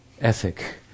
ethic